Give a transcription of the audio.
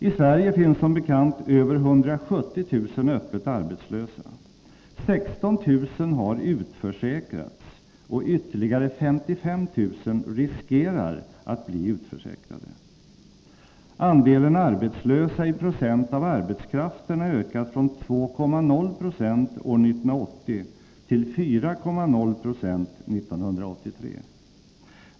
I Sverige finns som bekant över 170 000 öppet arbetslösa. 16 000 personer har utförsäkrats och ytterligare 55 000 personer riskerar att bli utförsäkrade. Andelen arbetslösa i procent av arbetskraften har ökat från 2,0 96 år 1980 till 4,0 90 1983.